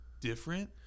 different